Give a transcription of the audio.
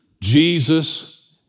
Jesus